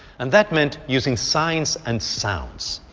and that meant using signs and sounds.